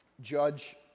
judge